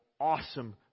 awesome